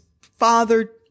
father